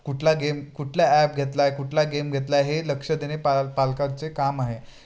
कुठला गेम कुठल्या ॲप घेतलाय कुठला गेम घेतलाय हे लक्ष देन पाल पालकचे काम आहे